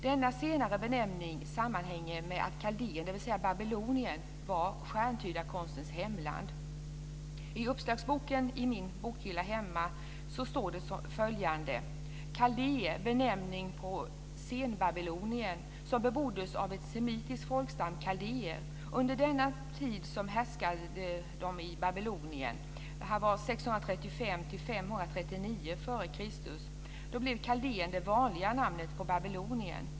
- Denna senare benämning sammanhänger med att Kaldéen, d.v.s. Babylonien, var stjärntydarekonstens hemland." I uppslagsboken i min bokhylla hemma står följande: "Kaldéen, benämning på s. Babylonien, som beboddes av en semitisk folkstam, kaldéerna. Under deras tid som härskare i Babylonien, 635-539 f kr, blev Kaldéen det vanliga namnet på Babylonien.